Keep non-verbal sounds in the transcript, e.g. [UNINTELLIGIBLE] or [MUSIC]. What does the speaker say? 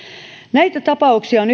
näitä tapauksia on [UNINTELLIGIBLE]